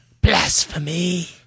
Blasphemy